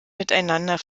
miteinander